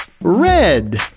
Red